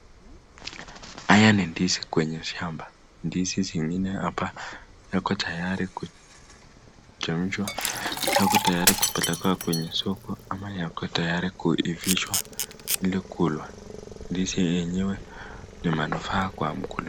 Hizi ni ndizi kwenye shamba ndizi zingingine hapa yako tayari kuchemshwa yako tayari kupelekwa kwenye soko ama yako tayari kuivishwa ili kulwa ndizi yenyewe ni manufaa kwa mkulima.